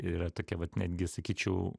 yra tokia vat netgi sakyčiau